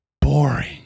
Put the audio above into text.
boring